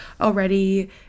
already